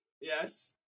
Yes